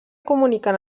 comuniquen